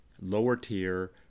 lower-tier